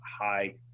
high